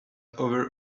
other